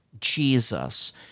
Jesus